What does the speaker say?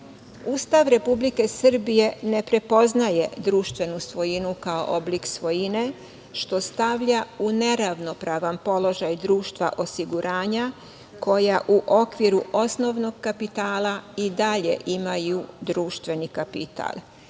Ustav Republike Srbije ne prepoznaje društvenu svojinu kao oblik svojine što stavlja u neravnopravan položaj društva osiguranja koja u okviru osnovnog kapitala i dalje imaju društveni kapital.